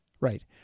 Right